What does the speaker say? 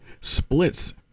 splits